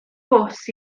bws